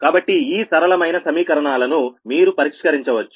కాబట్టి ఈ సరళమైన సమీకరణాలను మీరు పరిష్కరించవచ్చు